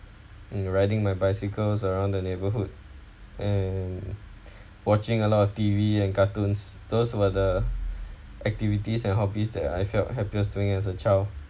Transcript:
mm riding my bicycles around the neighbourhood and watching a lot of T_V and cartoons those were the activities and hobbies that I felt happiest doing as a child